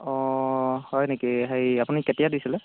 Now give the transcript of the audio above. অ হয় নেকি হেৰি আপুনি কেতিয়া দিছিলে